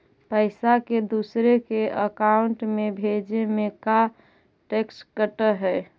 पैसा के दूसरे के अकाउंट में भेजें में का टैक्स कट है?